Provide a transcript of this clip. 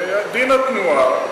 זה היה דין התנועה.